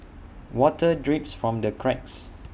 water drips from the cracks